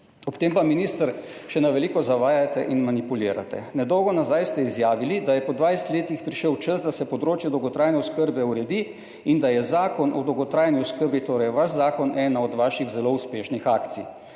Ob tem pa, minister, še na veliko zavajate in manipulirate. Nedolgo nazaj ste izjavili, da je po 20 letih prišel čas, da se področje dolgotrajne oskrbe uredi in da je Zakon o dolgotrajni oskrbi, torej vaš zakon, ena od vaših zelo uspešnih akcij.